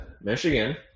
Michigan